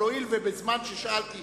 אבל הואיל ובזמן ששאלתי